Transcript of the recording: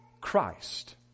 Christ